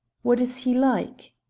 what is he like?